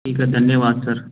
ठीक है धन्यवाद सर